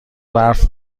برف